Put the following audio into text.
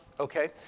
Okay